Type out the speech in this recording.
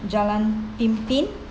jalan pemimpin